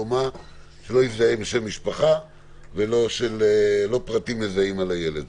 שלא יזדהה בשם משפחה ולא פרטים מזהים על הילד.